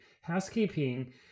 Housekeeping